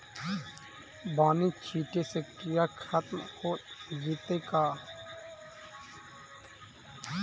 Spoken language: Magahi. बानि छिटे से किड़ा खत्म हो जितै का?